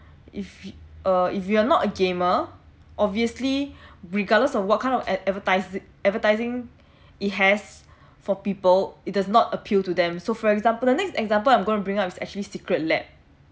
if err if you're not a gamer obviously regardless of what kind of ad advertising advertising it has for people it does not appeal to them so for example the next example I'm going to bring up is actually secret lab